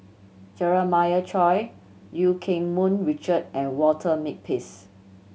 Jeremiah Choy Eu Keng Mun Richard and Walter Makepeace